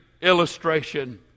illustration